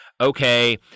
okay